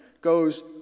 goes